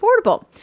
affordable